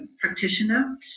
practitioner